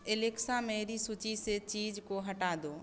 Alexa मेरी सूची से चीज़ को हटा दो